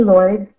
Lord